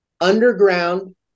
underground